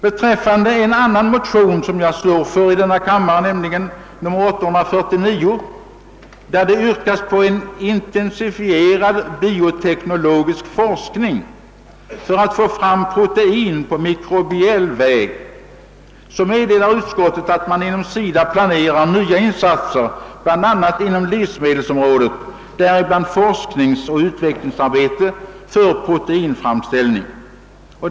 Beträffande en annan motion som jag väckt i denna kammare, nr 1098, lika lydande med motionen I:849, vari yrkas på en intensifierad bioteknologisk forskning för att få fram protein på mikrobiell väg, meddelar utskottet att SIDA planerar nya insatser bl.a. på livsmedelsområdet, däribland forskningsoch utvecklingsarbete för proteinframställning.